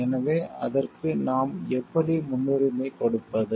எனவே அதற்கு நாம் எப்படி முன்னுரிமை கொடுப்பது